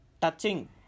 touching